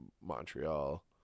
Montreal